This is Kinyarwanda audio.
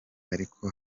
ariko